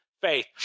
faith